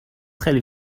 خیلی